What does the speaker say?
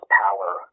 power